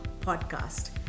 podcast